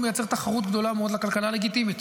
הוא מייצר תחרות גדולה מאוד לכלכלה הלגיטימית,